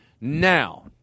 Now